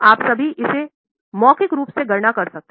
आप सभी इसे मौखिक रूप से गणना कर सकते हैं